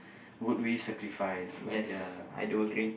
would we sacrifice like ya okay